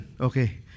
Okay